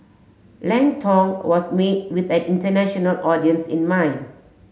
Lang Tong was made with an international audience in mind